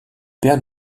père